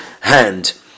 hand